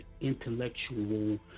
intellectual